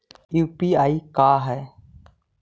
UPI का है?